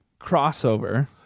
crossover